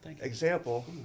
example